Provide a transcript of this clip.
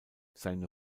seine